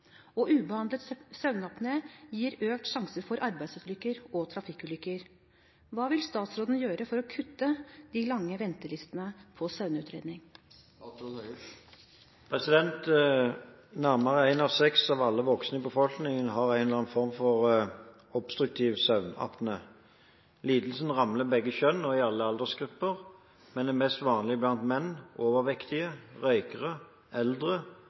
og trafikkulykker. Hva vil statsråden gjøre for å kutte de lange ventelistene på søvnutredning?» Nærmere én av seks av alle voksne i befolkningen har en eller annen form for obstruktiv søvnapné. Lidelsen rammer begge kjønn og alle aldersgrupper – men er mest vanlig blant menn, overvektige, røykere, eldre,